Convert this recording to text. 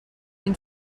این